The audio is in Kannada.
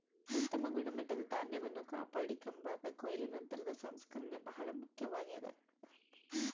ಉತ್ತಮ ಗುಣಮಟ್ಟದ ಧಾನ್ಯವನ್ನು ಕಾಪಾಡಿಕೆಂಬಾಕ ಕೊಯ್ಲು ನಂತರದ ಸಂಸ್ಕರಣೆ ಬಹಳ ಮುಖ್ಯವಾಗ್ಯದ